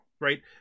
right